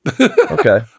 okay